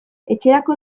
etxerako